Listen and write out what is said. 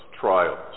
trials